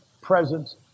presence